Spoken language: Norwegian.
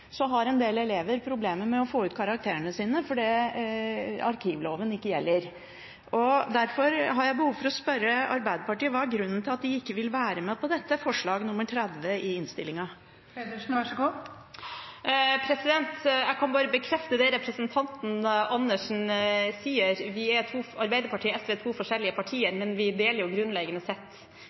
så har en del elever problemer med å få ut karakterene sine fordi arkivloven ikke gjelder. Derfor har jeg behov for å spørre Arbeiderpartiet: Hva er grunnen til at de ikke vil være med på dette forslaget, forslag nr. 30 i innstillingen? Jeg kan bare bekrefte det representanten Andersen sier: Arbeiderpartiet og SV er to forskjellige partier, men vi deler jo det grunnleggende